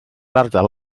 ardal